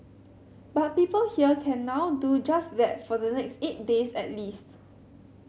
but people here can now do just that for the next eight days at least